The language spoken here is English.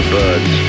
birds